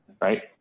Right